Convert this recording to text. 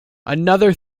another